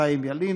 חיים ילין,